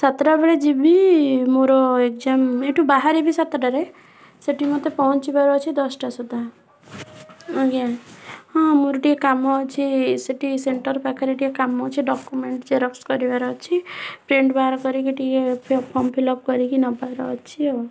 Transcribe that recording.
ସାତଟାବେଳେ ଯିବି ମୋର ଏକ୍ସାମ୍ ଏଠୁ ବାହାରିବି ସାତଟାରେ ସେଠି ମୋତେ ପହଞ୍ଚିବାର ଅଛି ଦଶଟା ସୁଦ୍ଧା ଆଜ୍ଞା ହଁ ମୋର ଟିକେ କାମ ଅଛି ସେଠି ସେଣ୍ଟର୍ ପାଖରେ ଟିକେ କାମ ଅଛି ଡକ୍ୟୁମେଣ୍ଟ୍ ଜେରକ୍ସ କରିବାର ଅଛି ପ୍ରିଣ୍ଟ୍ ବାହାରକରିକି ଟିକେ ଫର୍ମ୍ ଫିଲଅପ୍ କରିକି ନେବାର ଅଛି ଆଉ